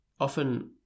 Often